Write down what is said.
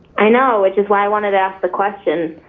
i know which is why i wanted to ask the question.